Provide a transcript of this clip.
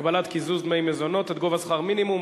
הגבלת קיזוז דמי מזונות עד גובה שכר מינימום),